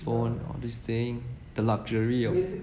phone all this thing the luxury of